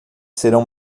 serão